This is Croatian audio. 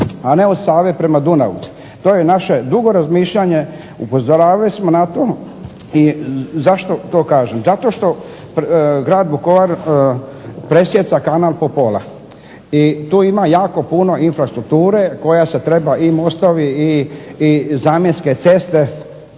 a ne od Save prema Dunavu. To je naše dugo razmišljanje, upozoravali smo na to i zašto to kažem. Zato što Grad Vukovar presijeca kanal po pola i tu ima jako puno infrastrukture koja se treba i mostovi i zamjenske ceste